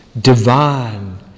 divine